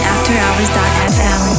AfterHours.fm